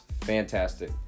fantastic